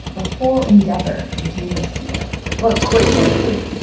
the whole endeavor became riskier well, quite frankly,